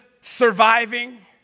surviving